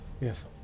Yes